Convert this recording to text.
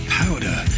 powder